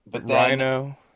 Rhino